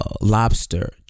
lobster